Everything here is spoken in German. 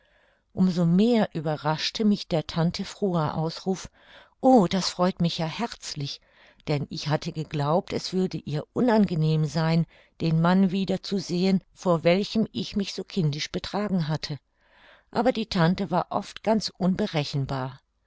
so mehr überraschte mich der tante froher ausruf o das freut mich ja herzlich denn ich hatte geglaubt es würde ihr unangenehm sein den mann wieder zu sehen vor welchem ich mich so kindisch betragen hatte aber die tante war oft ganz unberechenbar